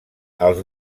els